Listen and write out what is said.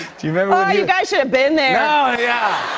do you remember oh, you guys should have been there. oh, yeah.